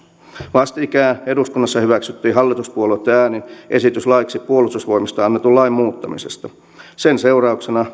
vastikään eduskunnassa hyväksyttiin hallituspuolueitten äänin esitys laiksi puolustusvoimista annetun lain muuttamisesta sen seurauksena